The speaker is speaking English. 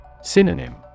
Synonym